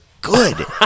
good